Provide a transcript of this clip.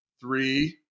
Three